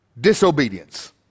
disobedience